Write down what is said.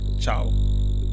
Ciao